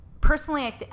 personally